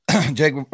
Jake